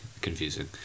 confusing